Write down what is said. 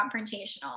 confrontational